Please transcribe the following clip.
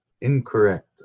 incorrect